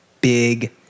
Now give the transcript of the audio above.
Big